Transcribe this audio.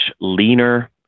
leaner